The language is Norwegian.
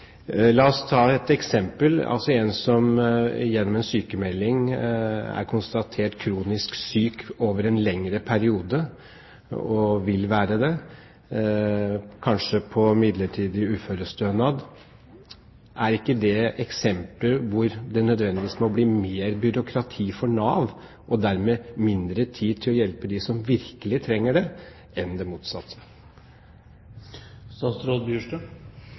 La oss ta et eksempel. En som som gjennom en sykmelding er konstatert kronisk syk over en lengre periode, og vil være det, kanskje på midlertidig uførestønad, er ikke det et eksempel på at det nødvendigvis må bli mer byråkrati for Nav og dermed mindre tid til å hjelpe dem som virkelig trenger det, enn det